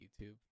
YouTube